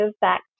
back